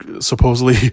supposedly